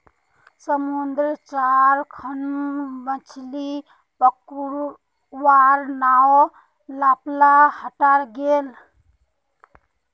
समुद्रत चार खन मछ्ली पकड़वार नाव लापता हई गेले